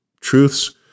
truths